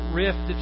rift